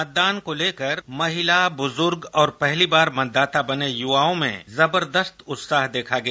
मतदान को लेकर महिला बुजुर्ग और पहली बार मतदाता बने युवाओं में जबरदस्त उत्साह देखा गया